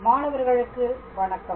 மாணவர்களுக்கு வணக்கம்